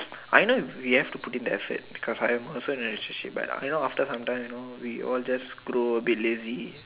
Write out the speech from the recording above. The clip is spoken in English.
I know we have to put in the effort because I am also in a relationship but I know often sometimes you know we all just grow a bit lazy